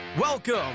Welcome